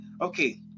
okay